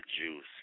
juice